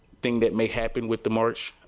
thing that may happen with the march.